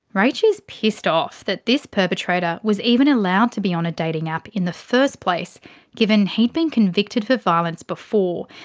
rach is pissed off that this perpetrator was even allowed to be on a dating app in the first place given he'd been convicted for violence before.